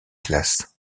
classes